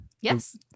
Yes